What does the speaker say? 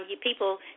People